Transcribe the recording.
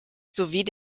sowie